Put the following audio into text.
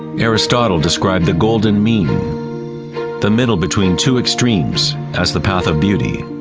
aristotle described the golden mean the middle between two extremes, as the path of beauty.